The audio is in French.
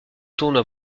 tournoi